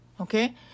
okay